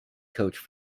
coach